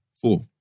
four